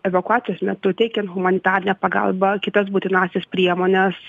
evakuacijos metu teikiant humanitarinę pagalbą kitas būtinąsias priemones